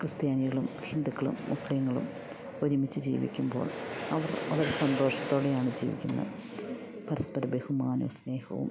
ക്രിസ്ത്യാനികളും ഹിന്ദ്ക്കളും മുസ്ലീംങ്ങളും ഒരുമിച്ച് ജീവിക്കുമ്പോൾ അവർ വളരെ സന്തോഷത്തോടെയാണ് ജീവിക്കുന്നത് പരസ്പര ബഹുമാനവും സ്നേഹവും